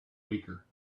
weaker